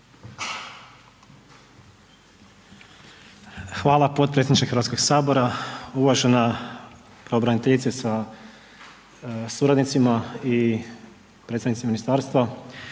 Hvala potpredsjedniče Hrvatskog sabora. Uvažena pravobraniteljice sa suradnicima i predstavnici ministarstva,